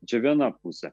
čia viena pusė